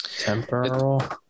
temporal